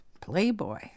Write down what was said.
Playboy